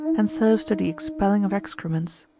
and serves to the expelling of excrements.